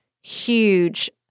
huge